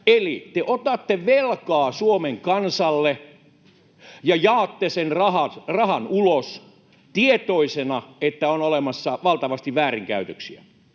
Eli te otatte velkaa Suomen kansalle ja jaatte sen rahan ulos tietoisina, että on olemassa valtavasti väärinkäytöksiä.